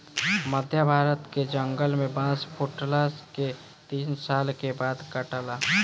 मध्य भारत के जंगल में बांस फुटला के तीन साल के बाद काटाला